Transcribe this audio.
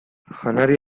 janari